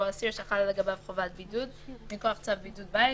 אסיר שחלה לגביו חובת בידוד מכוח צו בידוד בית,